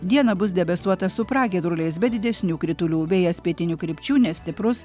dieną bus debesuota su pragiedruliais be didesnių kritulių vėjas pietinių krypčių nestiprus